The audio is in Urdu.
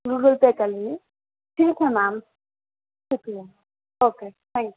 گوگل پے کر رہی ہوں ٹھیک ہے میم شکریہ اوکے تھینک یو